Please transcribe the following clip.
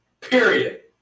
period